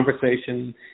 conversation